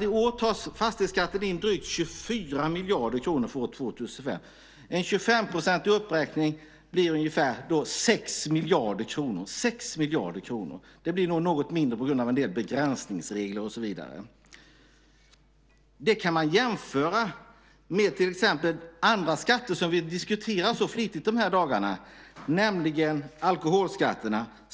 I år tar fastighetsskatten in drygt 24 miljarder kronor för år 2005. En 25-procentig uppräkning blir då ungefär 6 miljarder kronor. Det blir något mindre på grund av en del begränsningsregler och så vidare. Man kan jämföra det med andra skatter som vi diskuterar så flitigt de här dagarna, nämligen alkoholskatterna.